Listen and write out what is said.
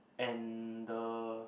and the